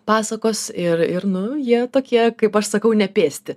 pasakos ir ir nu jie tokie kaip aš sakau nepėsti